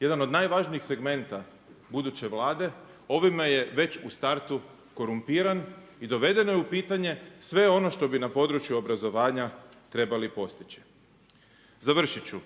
jedan od najvažnijih segmenata buduće Vlade ovime je već u startu korumpiran i dovedeno je u pitanje sve ono što bi na području obrazovanja trebali postići. Završit ću,